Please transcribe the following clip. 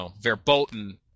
verboten